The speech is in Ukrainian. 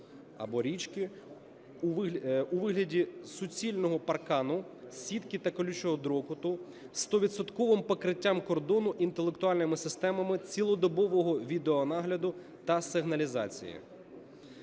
або річки у вигляді суцільного паркану, сітки та колючого дроту зі стовідсотковим покриттям кордону інтелектуальними системами цілодобового відеонагляду та сигналізації.